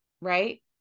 right